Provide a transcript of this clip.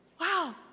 Wow